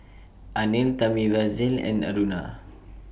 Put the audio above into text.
Anil Thamizhavel and Aruna